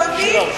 צודקים.